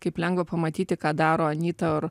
kaip lengva pamatyti ką daro anyta ar